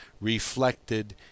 reflected